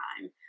time